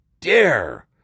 dare